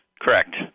Correct